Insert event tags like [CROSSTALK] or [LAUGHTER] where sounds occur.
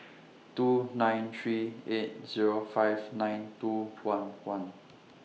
two nine three eight Zero five nine two [NOISE] one one